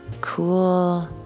cool